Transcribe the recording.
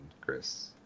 Chris